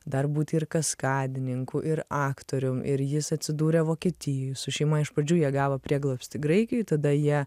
dar būti ir kaskadininku ir aktorium ir jis atsidūrė vokietijoj su šeima iš pradžių jie gavo prieglobstį graikijoj tada jie